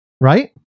Right